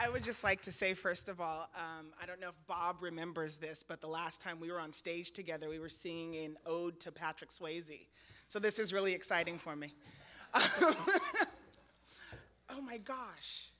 would just like to say first of all i don't know if bob remembers this but the last time we were on stage together we were seeing in owed to patrick swayze so this is really exciting for me oh my gosh